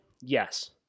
Yes